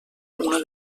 una